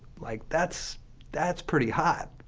like that's that's pretty hot.